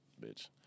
bitch